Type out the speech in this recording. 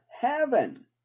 heaven